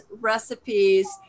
recipes